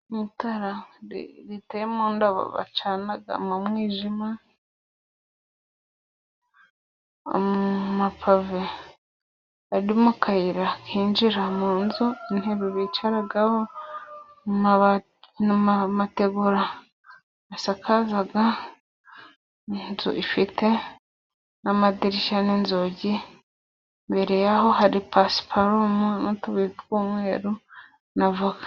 Itara riteye mu ndabo bacana mu mwijima, amapave ari mo akayira kinjira mu nzu, intebe bicaraho, amategura basakaza, inzu ifite amadirishya n'inzugi, imbere ya ho hari pasiparumu n'utubuye tw'umweru na voka.